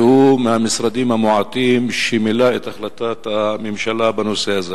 והוא מהמשרדים המועטים שמילא את החלטת הממשלה בנושא הזה.